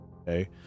okay